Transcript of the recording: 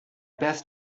best